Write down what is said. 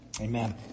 Amen